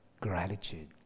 gratitude